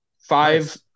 five